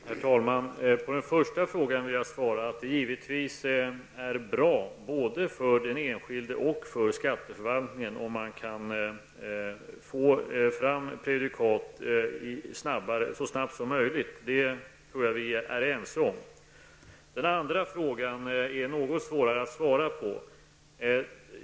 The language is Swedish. Herr talman! På den första frågan vill jag svara att det givetvis är bra både för den enskilde och för skatteförvaltningen om man kan få fram prejudikat så snabbt som möjligt. Det tror jag att vi är ense om. Den andra frågan är något svårare att svara på.